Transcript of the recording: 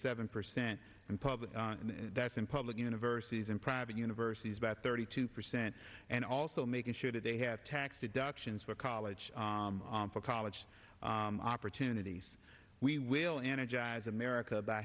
seven percent in public that's in public universities and private universities about thirty two percent and also making sure that they have tax deductions for college for college opportunities we will energize america by